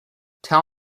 tell